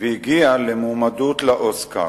והגיע למועמדות לאוסקר.